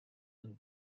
and